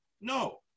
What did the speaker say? no